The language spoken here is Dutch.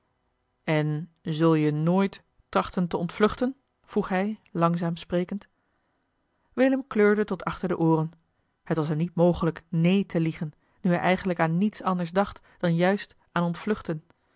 en zul je nooit trachtten te ontvluchten vroeg hij langzaam sprekend willem kleurde tot achter de ooren het was hem niet mogelijk neen te liegen nu hij eigenlijk aan niets anders dacht dan juist aan ontvluchten